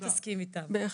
בהחלט,